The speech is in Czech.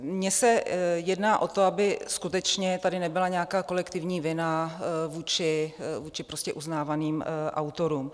Mně se jedná o to, aby skutečně tady nebyla nějaká kolektivní vina vůči prostě uznávaným autorům.